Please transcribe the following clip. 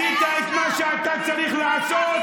אתם מתפרקים, עשית את מה שאתה צריך לעשות.